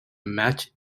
match